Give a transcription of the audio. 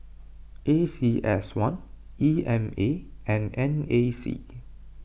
A C S one E M A and N A C